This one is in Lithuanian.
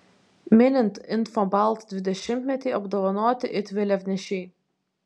minint infobalt dvidešimtmetį apdovanoti it vėliavnešiai